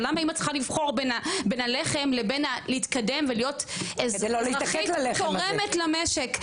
ולמה אמא צריכה לבחור בין הלחם בין להתקדם ולהיות אזרחית תורמת למשק,